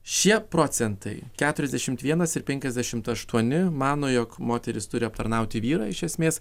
šie procentai keturiasdešimt vienas ir penkiasdešimt aštuoni mano jog moteris turi aptarnauti vyrą iš esmės